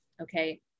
okay